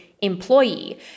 employee